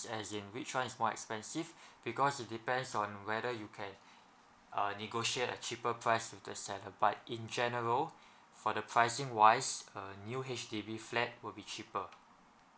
as in which [one] is more expensive because it depends on whether you can uh negotiate a cheaper price with the seller but in general for the pricing wise uh new H_D_B flat will be cheaper